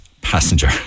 passenger